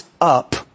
up